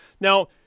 Now